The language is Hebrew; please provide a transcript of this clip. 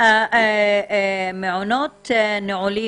מעונות נעולים,